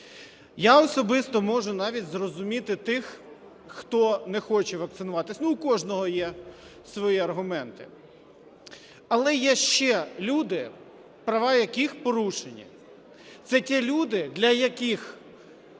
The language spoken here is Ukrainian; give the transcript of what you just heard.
Я особисто можу навіть зрозуміти тих, хто не хоче вакцинуватись. Ну, у кожного є свої аргументи, але є ще люди, права яких порушені, це ті люди, для яких